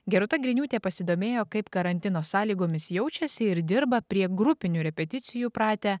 gerūta griniūtė pasidomėjo kaip karantino sąlygomis jaučiasi ir dirba prie grupinių repeticijų pratę